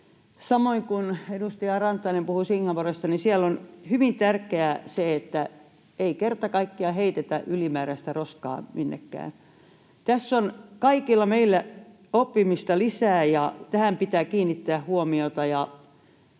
samoin kuin edustaja Rantanen puhui Singaporesta, on hyvin tärkeää se, että ei kerta kaikkiaan heitetä ylimääräistä roskaa minnekään. Tässä on kaikilla meillä oppimista lisää, ja tähän pitää kiinnittää huomiota.